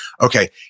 okay